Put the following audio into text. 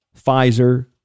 Pfizer